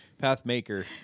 Pathmaker